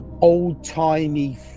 old-timey